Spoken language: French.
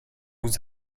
vous